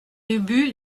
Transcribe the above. ubu